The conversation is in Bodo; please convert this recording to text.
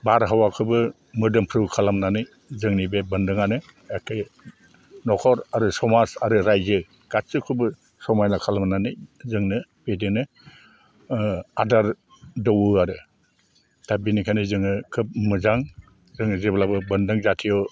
बारहावाखौबो मोदोमफ्रु खालामनानै जोंनि बे बोन्दोंआनो एखे न'खर आरो समाज आरो रायजो गासिखौबो समायना खालामनानै जोंनो बिदिनो आदार दौवो आरो दा बिनिखायनो जोङो खोब मोजां जोङो जेब्लाबो बोन्दों जाथिय'